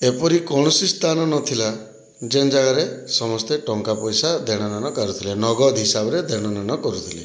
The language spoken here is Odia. ଏପରି କୌଣସି ସ୍ଥାନ ନଥିଲା ଯେଉଁ ଜାଗାରେ ସମସ୍ତେ ଟଙ୍କା ପଇସା ଦେଣ ନେଣ କରୁଥିଲେ ନଗଦ ହିସାବରେ ଦେଣ ନେଣ କରୁଥିଲେ